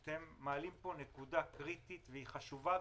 אתם מעלים פה נקודה קריטית וחשובה,